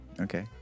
Okay